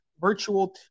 virtual